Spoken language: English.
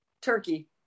turkey